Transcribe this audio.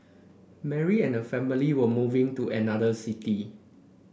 Mary and her family were moving to another city